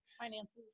finances